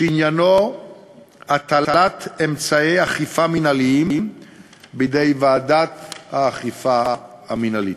שעניינו הטלת אמצעי אכיפה מינהליים בידי ועדת האכיפה המינהלית.